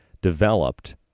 developed